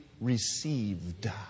received